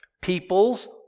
Peoples